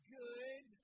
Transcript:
good